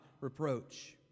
reproach